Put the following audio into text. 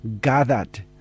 gathered